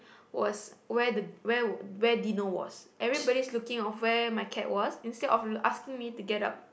was where the where would where Dino was everybody's looking of where my cat was instead of asking me to get up